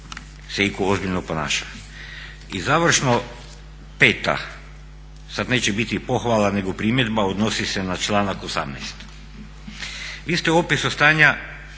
se itko ozbiljno ponaša. I završno, peta, sad neće biti pohvala nego primjedba, odnosi se na članak 18. Vi ste u opisu stanja